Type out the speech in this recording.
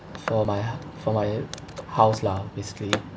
for my for my house lah basically